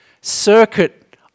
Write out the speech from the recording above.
circuit